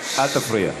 אל תפריע.